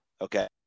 okay